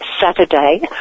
Saturday